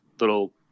little